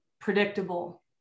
predictable